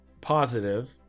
positive